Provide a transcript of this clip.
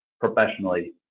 professionally